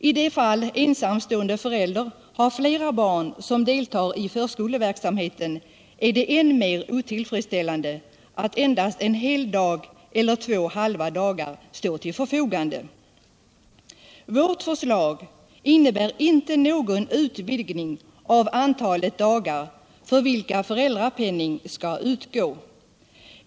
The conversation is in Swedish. I de fall ensamstående förälder har flera barn som deltar i förskoleverksamheten är det än mer otillfredsställande att endast en hel dag eller två halva dagar står till förfogande. Vårt förslag innebär inte någon utvidgning av antalet dagar för vilka föräldrapenning skall utgå.